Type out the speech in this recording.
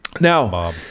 Now